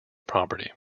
property